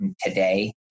today